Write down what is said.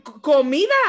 comida